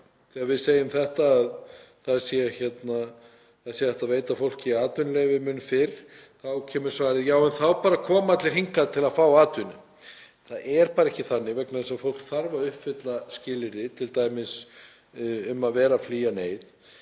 Þegar við segjum þetta, að hægt sé að veita fólki atvinnuleyfi mun fyrr, þá kemur svarið: Já, en þá koma allir hingað til að fá atvinnu. Það er bara ekki þannig vegna þess að fólk þarf að uppfylla skilyrði, t.d. um að vera að flýja neyð.